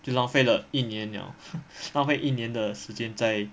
就浪费了一年 liao 浪费一年的时间在